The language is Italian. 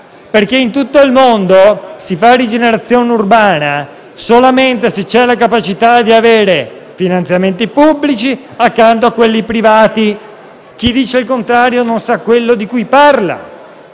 in tutto il mondo si fa rigenerazione urbana solamente se c'è la capacità di avere finanziamenti pubblici accanto a quelli privati. Chi dice il contrario non sa ciò di cui parla.